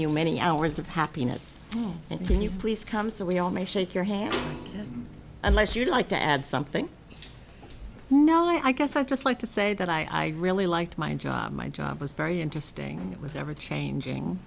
you many hours of happiness and can you please come so we all may shake your hand unless you'd like to add something no i guess i'd just like to say that i really liked my job my job was very interesting it was ever changing